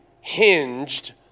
hinged